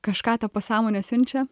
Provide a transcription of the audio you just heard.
kažką ta pasąmonė siunčia